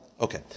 Okay